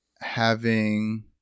having-